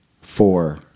four